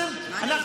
מלכיאלי.